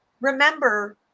remember